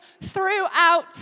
throughout